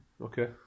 okay